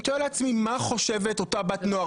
אני מתאר לעצמי מה חושבת אותה בת נוער,